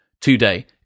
today